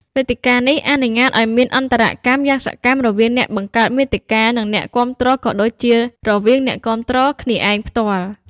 វេទិកានេះអនុញ្ញាតឲ្យមាន អន្តរកម្ម យ៉ាងសកម្មរវាងអ្នកបង្កើតមាតិកា និងអ្នកគាំទ្រ ក៏ដូចជារវាងអ្នកគាំទ្រគ្នាឯងផ្ទាល់។